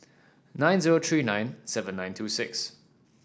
nine zero three nine seven nine two six